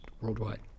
worldwide